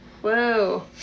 Whoa